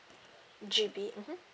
G_B mmhmm